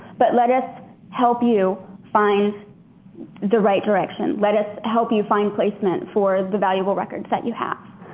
but let us help you find the right direction. let us help you find placement for the valuable records that you have.